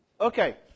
Okay